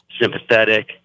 sympathetic